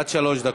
עד שלוש דקות.